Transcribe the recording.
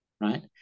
right